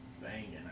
banging